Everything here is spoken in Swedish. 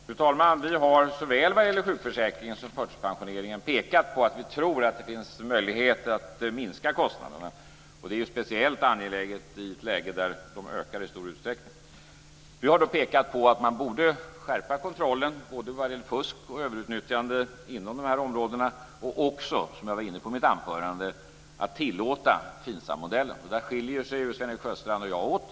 Fru talman! Vi har såväl vad gäller sjukförsäkringen som förtidspensioneringen pekat på att vi tror att det finns möjligheter att minska kostnaderna. Det är speciellt angeläget i ett läge då de ökar i stor utsträckning. Vi har då pekat på att man borde skärpa kontrollen både vad gäller fusk och överutnyttjande inom de här områdena och också, som jag var inne på i mitt anförande, att tillåta FINSAM-modellen. Där skiljer Sven-Erik Sjöstrand och jag oss åt.